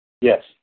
Yes